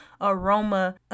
aroma